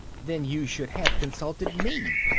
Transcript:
then you should have consulted me.